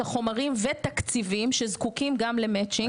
את החומרים ותקציבים שזקוקים גם ל-matching.